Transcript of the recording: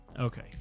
Okay